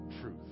truth